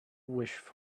wish